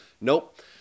Nope